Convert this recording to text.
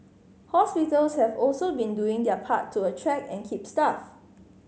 hospitals have also been doing their part to attract and keep staff